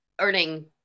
earning